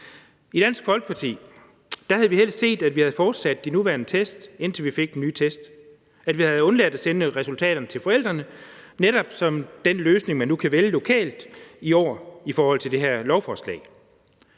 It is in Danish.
I Dansk Folkeparti have vi helst set, at vi havde fortsat den nuværende test, indtil vi fik den nye test, og at vi havde undladt at sende resultaterne til forældrene, altså netop den løsning, man kan vælge lokalt i år i forhold til det her lovforslag.